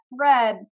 thread